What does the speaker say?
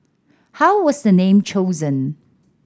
how was the name chosen